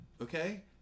Okay